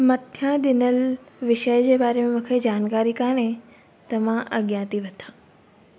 मथियां ॾिनल विषय जे बारे में मूंखे जानकारी कोन्हे त मां अॻियां थी वधां